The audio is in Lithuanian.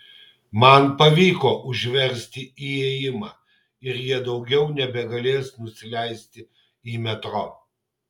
man pavyko užversti įėjimą ir jie daugiau nebegalės nusileisti į metro